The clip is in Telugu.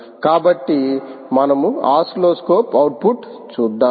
కాబట్టి మనము ఓసిల్లోస్కోప్ అవుట్పుట్ చూద్దాం